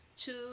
two